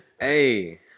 Hey